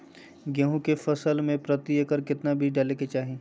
गेहूं के फसल में प्रति एकड़ कितना बीज डाले के चाहि?